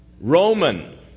Roman